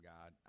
God